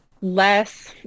less